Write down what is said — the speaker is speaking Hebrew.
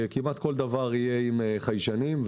כמעט כל דבר יהיה עם חיישנים.